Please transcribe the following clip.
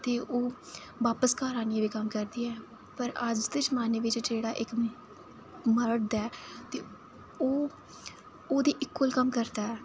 ते ओह् बापस घर आह्नियै कम्म करदी ऐ पर अज्ज दे जमाने बिच जेह्ड़ा मर्द ऐ ते ओह् ओह्दे इक्युअल कम्म करदा ऐ